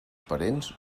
parents